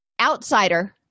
outsider—